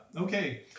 okay